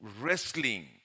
wrestling